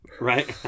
Right